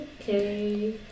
Okay